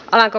alanko